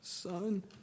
Son